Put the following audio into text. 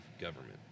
government